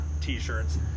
t-shirts